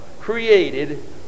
created